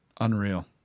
Unreal